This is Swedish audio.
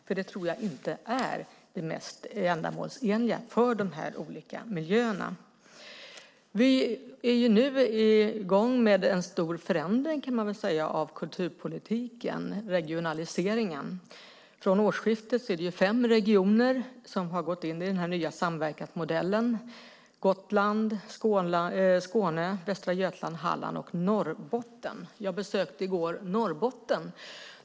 Jag tror inte att det är det mest ändamålsenliga för de här olika miljöerna. Nu pågår en stor förändring av kulturpolitiken, nämligen regionaliseringen. Från årsskiftet är det fem regioner som har gått in i den här nya samverkansmodellen. Det är Gotland, Skåne, Västra Götaland, Halland och Norrbotten. I går besökte jag Norrbotten.